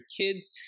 kids